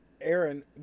Aaron